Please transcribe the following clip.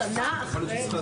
הישיבה